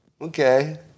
Okay